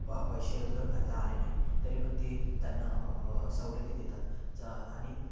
बा पैसे लवकर भरता आले नाही तरी पण ते त्यांना सवलती देतात च आणि